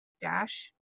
dash